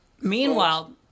meanwhile